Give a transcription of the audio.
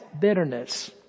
bitterness